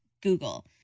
Google